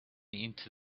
into